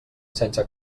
sense